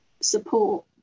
support